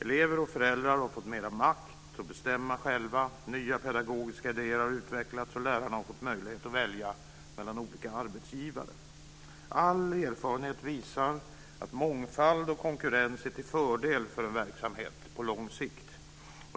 Elever och föräldrar har fått mer makt att bestämma själva, nya pedagogiska idéer har utvecklats och lärarna har fått möjlighet att välja mellan olika arbetsgivare. All erfarenhet visar att mångfald och konkurrens är till fördel för en verksamhet på lång sikt.